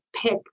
pick